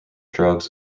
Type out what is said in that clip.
drugs